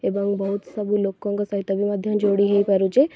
ଏବଂ ବହୁତ ସବୁ ଲୋକଙ୍କ ସହିତ ବି ମଧ୍ୟ ଯୋଡ଼ି ହେଇ ପାରୁଛେ